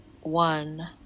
one